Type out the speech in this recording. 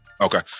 Okay